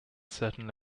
certain